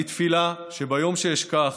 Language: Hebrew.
אני תפילה שביום שאשכח,